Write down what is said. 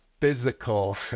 physical